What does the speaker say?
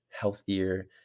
healthier